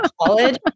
college